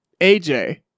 AJ